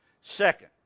Second